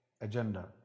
agenda